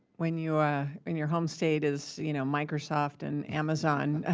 when your ah when your home state is you know microsoft and amazon, ah